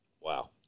Wow